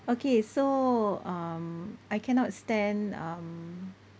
okay so um I cannot stand um